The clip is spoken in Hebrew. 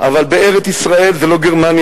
אבל ארץ-ישראל זה לא גרמניה,